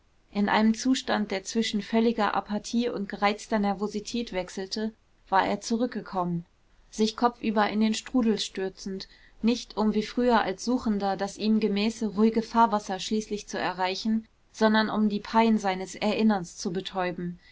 in einem zustand der zwischen völliger apathie und gereizter nervosität wechselte war er zurückgekommen sich kopfüber in den strudel stürzend nicht um wie früher als suchender das ihm gemäße ruhige fahrwasser schließlich zu erreichen sondern um die pein seines erinnerns zu betäuben